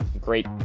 Great